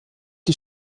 die